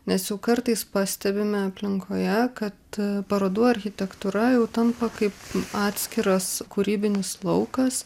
nes juk kartais pastebime aplinkoje kad parodų architektūra jau tampa kaip atskiras kūrybinis laukas